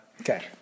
Okay